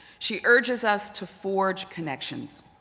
she urges us to forge connections.